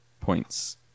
points